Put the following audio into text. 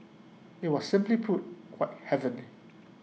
IT was simply put quite heavenly